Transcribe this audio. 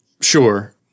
sure